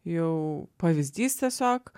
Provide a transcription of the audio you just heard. jau pavyzdys tiesiog